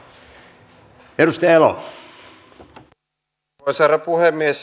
arvoisa herra puhemies